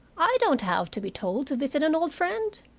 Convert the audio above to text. i don't have to be told to visit an old friend.